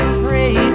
pray